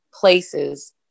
places